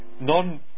non-